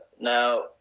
now